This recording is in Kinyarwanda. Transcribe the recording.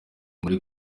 muri